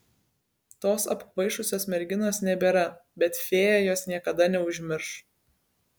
tos apkvaišusios merginos nebėra bet fėja jos niekada neužmirš